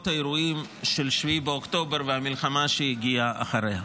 האירועים של 7 באוקטובר והמלחמה שהגיעה אחריהם.